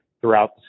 throughout